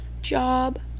job